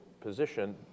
position